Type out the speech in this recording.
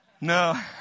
No